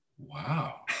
Wow